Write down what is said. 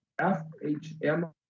FHM